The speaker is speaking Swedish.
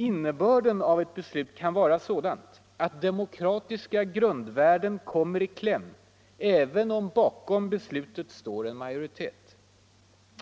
Innebörden av ett beslut kan vara sådant att demokratiska grundvärden kommer i kläm även om bakom beslutet står en majoritet.